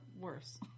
worse